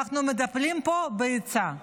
אנחנו מטפלים פה בהיצע.